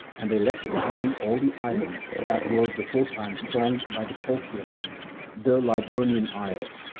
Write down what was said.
and they left behind all the islands that were beforetime thronged by the colchians the liburnian isles,